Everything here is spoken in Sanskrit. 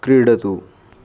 क्रीडतु